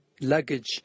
luggage